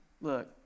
Look